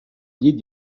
llit